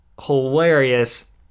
hilarious